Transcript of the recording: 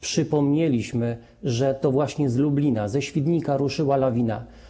Przypomnieliśmy, że to właśnie z Lublina, ze Świdnika ruszyła lawina.